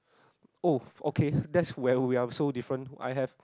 oh okay that's where we are so different I have